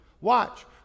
watch